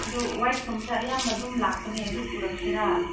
ꯑꯗꯨ ꯋꯥꯏꯠ ꯀꯨꯝꯕꯗ ꯑꯌꯥꯝꯕ ꯑꯗꯨꯝ ꯂꯥꯛꯄꯅꯦ ꯑꯗꯨ ꯄꯨꯔꯛꯁꯤꯔꯥ